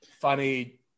funny